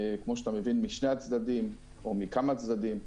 כמו שאתה מבין משני הצדדים או מכמה צדדים.